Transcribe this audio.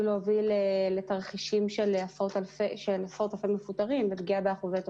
להוביל לתרחישים של עשרות-אלפי מפוטרים ופגיעה באחוזי תוצר.